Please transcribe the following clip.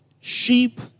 sheep